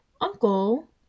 uncle